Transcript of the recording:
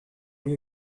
knew